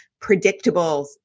predictables